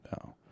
No